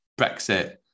brexit